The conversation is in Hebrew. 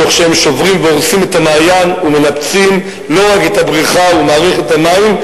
תוך שהם שוברים והורסים את המעיין ומנפצים לא רק את הבריכה ומערכת המים,